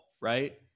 Right